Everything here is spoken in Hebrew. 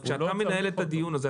כשאתה מנהל את הדיון הזה,